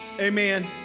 Amen